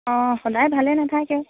অঁ সদায় ভালে নাথাকে